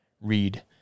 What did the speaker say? read